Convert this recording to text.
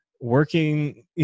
working